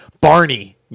Barney